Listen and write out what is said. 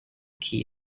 key